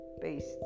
based